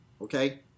okay